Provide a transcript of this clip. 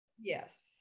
yes